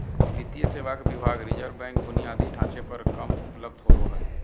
वित्तीय सेवा के विभाग रिज़र्व बैंक बुनियादी ढांचे पर कम उपलब्ध होबो हइ